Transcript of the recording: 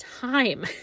time